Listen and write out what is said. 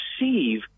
receive